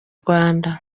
rwanda